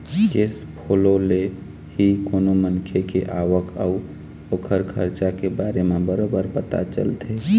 cash flow ले ही कोनो मनखे के आवक अउ ओखर खरचा के बारे म बरोबर पता चलथे